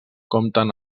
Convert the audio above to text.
compten